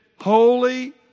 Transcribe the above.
Holy